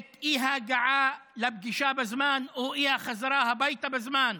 את האי-הגעה לפגישה בזמן או האי-חזרה הביתה בזמן?